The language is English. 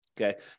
Okay